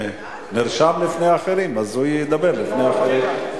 הוא נרשם לפני אחרים, אז הוא ידבר לפני אחרים.